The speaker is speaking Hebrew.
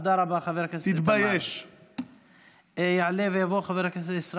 תודה רבה, חבר הכנסת איתמר.